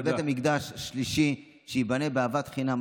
אבל בית המקדש השלישי ייבנה באהבת חינם.